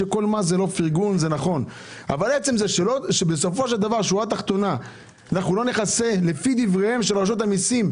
עצם זה ששורה תחתונה לא נכסה לפי דבריהם של רשות המיסים,